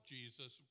Jesus